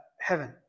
Heaven